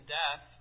death